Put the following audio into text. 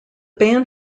band